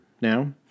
now